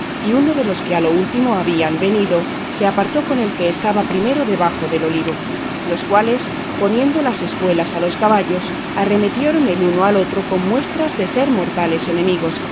y uno de los que a lo último habían venido se apartó con el que estaba primero debajo del olivo los cuales poniendo las espuelas a los caballos arremetieron el uno al otro con muestras de ser mortales enemigos